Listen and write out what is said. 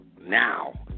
now